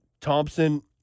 Thompson